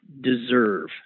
deserve